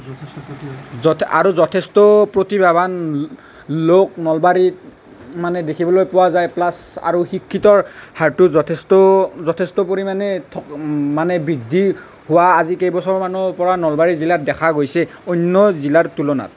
আৰু যথেষ্ট প্ৰতিভাৱান লোক নলবাৰীত মানে দেখিবলৈ পোৱা যায় প্লাচ আৰু শিক্ষিতৰ হাৰটো যথেষ্ট যথেষ্ট পৰিমাণে থকা মানে বৃদ্ধি হোৱা আজি কেইবছৰ মানৰ পৰা নলবাৰী জিলাত দেখা গৈছে অন্য জিলাৰ তুলনাত